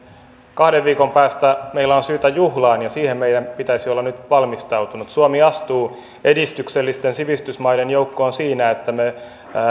kahden viikon päästä meillä on syytä juhlaan ja siihen meidän pitäisi olla nyt valmistautuneita suomi astuu edistyksellisten sivistysmaiden joukkoon siinä että me